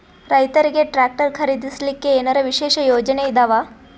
ರೈತರಿಗೆ ಟ್ರಾಕ್ಟರ್ ಖರೀದಿಸಲಿಕ್ಕ ಏನರ ವಿಶೇಷ ಯೋಜನೆ ಇದಾವ?